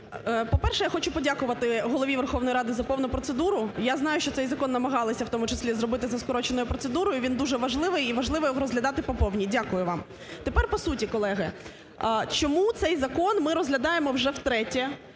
По-перше, я хочу подякувати Голові Верховної Ради за повну процедуру. Я знаю, що цей закон намагалися в тому числі зробити за скороченою процедурою, він дуже важливий і важливо його розглядати по повній. Дякую вам. Тепер, по суті, колеги. Чому цей закон ми розглядає вже втретє